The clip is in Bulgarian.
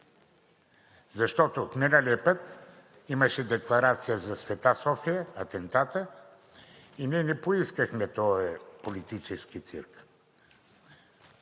Защото от миналия път имаше декларация за „Света София“ – атентата, и ние не поискахме с този политически цирк